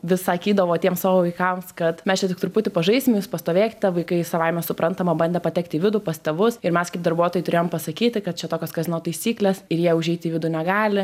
vis sakydavo tiem savo vaikams kad mes čia tik truputį pažaisim jūs pastovėkite vaikai savaime suprantama bandė patekti į vidų pas tėvus ir mes kaip darbuotojai turėjom pasakyti kad čia tokios kazino taisykles ir jie užeiti į vidų negali